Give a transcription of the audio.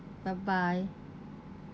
bye bye